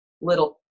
little